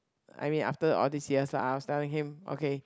I mean after all this years I was telling him okay